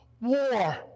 war